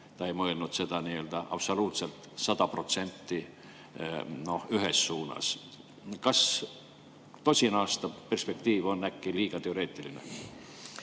ta ei mõelnud seda nii-öelda absoluutselt, sada protsenti ühes suunas. Kas tosina aasta perspektiiv on äkki liiga teoreetiline?